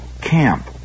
camp